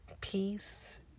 Peace